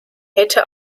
hätte